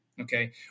Okay